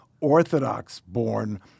orthodox-born